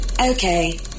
Okay